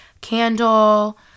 candle